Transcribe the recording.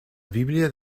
biblia